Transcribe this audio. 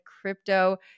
Crypto